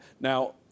Now